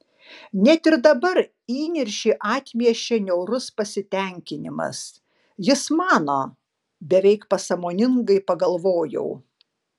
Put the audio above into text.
net ir dabar įniršį atmiešė niaurus pasitenkinimas jis mano beveik pasąmoningai pagalvojau